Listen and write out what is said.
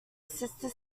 sister